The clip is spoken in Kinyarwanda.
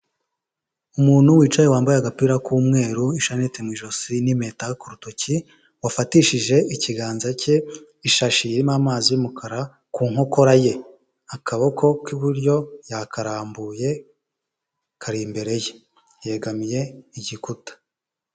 Umuntu wicaye wambaye agapira k'umweru, ishanete mu ijosi n'impeta ku rutoki, wafatishije ikiganza cye ishashi irimo amazi y'umukara ku nkokora ye, akaboko k'iburyo yakarambuye, kari imbere ye, yegamiye igikuta.